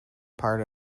part